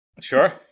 sure